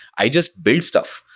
i just build stuff.